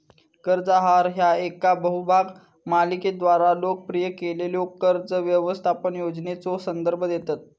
कर्ज आहार ह्या येका बहुभाग मालिकेद्वारा लोकप्रिय केलेल्यो कर्ज व्यवस्थापन योजनेचो संदर्भ देतत